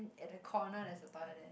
at the corner there's a toilet there